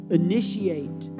initiate